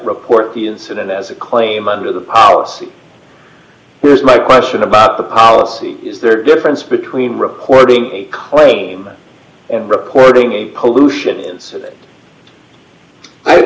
report the incident as a claim under the policy here's my question about the policy is there a difference between reporting a claim and reporting a pollution incident